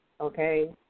okay